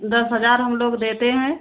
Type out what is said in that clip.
दस हज़ार हम लोग देते हैं